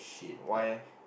why leh